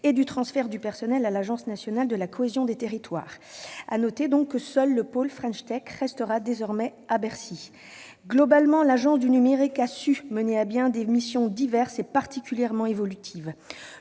et le transfert de son personnel à l'Agence nationale de la cohésion des territoires, l'ANCT. Seul le pôle restera à Bercy. Globalement, l'Agence du numérique a su mener à bien des missions diverses et particulièrement évolutives.